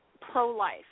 pro-life